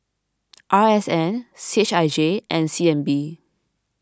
R S N C H I J and C N B